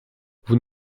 vous